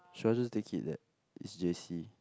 should I just take it that is J_C